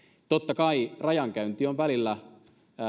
totta kai rajankäynti on välillä